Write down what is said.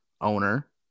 owner